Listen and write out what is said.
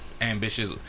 ambitious